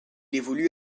évolue